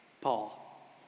Paul